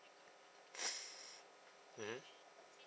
mmhmm